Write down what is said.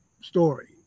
story